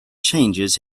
changes